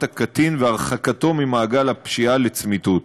הקטין והרחקתו ממעגל הפשיעה לצמיתות.